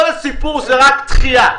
כל הסיפור הוא רק דחייה.